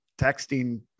texting